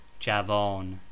javon